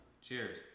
Cheers